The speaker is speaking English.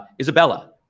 Isabella